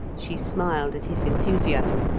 she smiled at his enthusiasm,